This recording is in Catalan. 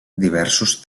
diversos